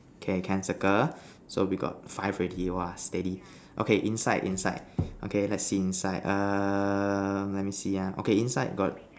okay can circle so we got five already !wah! steady okay inside inside okay lets see inside err let me see ah okay inside got